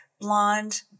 blonde